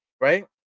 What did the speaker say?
Right